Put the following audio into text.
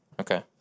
Okay